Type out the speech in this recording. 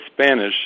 Spanish